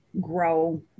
grow